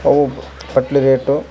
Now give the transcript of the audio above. ಅವು ಪಟ್ಲಿ ರೇಟು